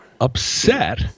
upset